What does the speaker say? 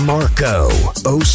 Marco